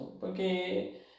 Porque